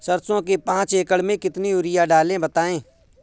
सरसो के पाँच एकड़ में कितनी यूरिया डालें बताएं?